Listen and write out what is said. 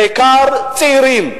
בעיקר צעירים,